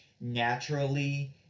naturally